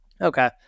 Okay